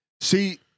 See